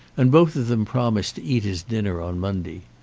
and both of them promised to eat his dinner on monday.